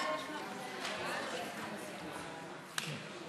ההצעה להעביר את הצעת חוק אימוץ ילדים (תיקון,